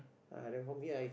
ah then from here I